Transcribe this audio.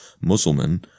Muslim